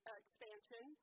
expansion